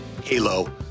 Halo